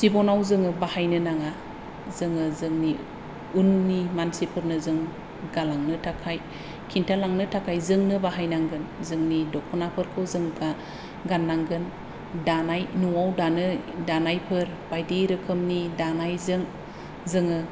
जिबनाव जोङो बाहायनो नाङा जोङो जोंनि उननि मानसिफोरनो जोंं गालांनो थाखाय खिनथालांनो थाखाय जोंनो बाहायनांगोन जोंनि दख'नाफोरखौ जों गाननांगोन दानाय न'आव दानायफोर बायदि रोखोमनि दानायजों जोङो